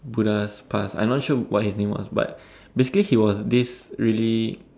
Buddha's past I not sure what his name was basically he was this really